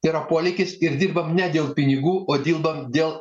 tai yra poleikis ir dirbam ne dėl pinigų o dildom dėl